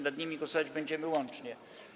Nad nimi głosować będziemy łącznie.